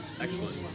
Excellent